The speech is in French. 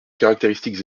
caractéristiques